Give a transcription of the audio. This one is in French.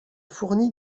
fourni